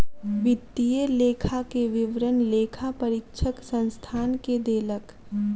वित्तीय लेखा के विवरण लेखा परीक्षक संस्थान के देलक